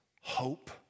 hope